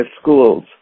schools